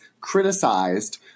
Criticized